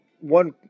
One